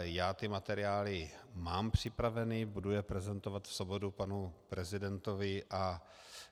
Já ty materiály mám připraveny, budu je prezentovat v sobotu panu prezidentovi a